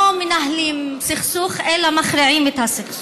לא מנהלים סכסוך אלא מכריעים את הסכסוך.